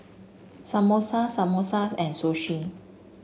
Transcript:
Samosa Samosa and Sushi